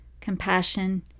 compassion